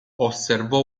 osservò